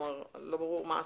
לא ברור מה עשיתם.